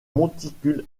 monticule